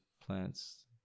plants